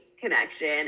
connection